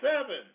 seven